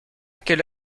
quelle